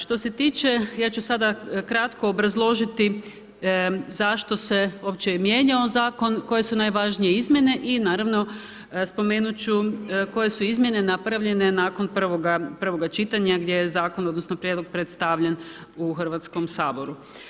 Što se tiče ja ću sada kratko obrazložiti zašto se uopće mijenjao zakon, koje su najvažnije izmjene i naravno, spomenuti ću koje su izmjene napravljene nakon prvoga čitanja, gdje je zakon, odnosno, prijedlog predstavljen u Hrvatskom saboru.